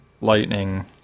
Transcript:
lightning